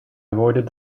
avoided